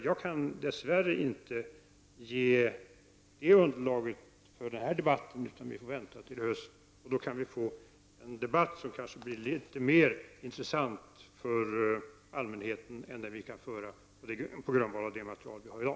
Jag kan dess värre inte ge underlaget för denna fråga i denna debatt, utan vi får vänta till hösten. Då kan vi också få en debatt som kanske blir litet mer intressant för allmänheten än den debatt vi kan föra på grundval av det material vi har i dag.